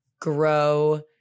grow